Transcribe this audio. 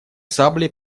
саблей